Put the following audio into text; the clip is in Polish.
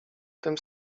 tym